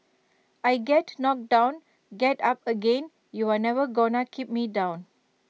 I get knocked down get up again you're never gonna keep me down